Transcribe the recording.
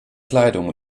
kleidung